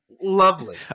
lovely